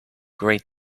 great